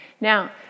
Now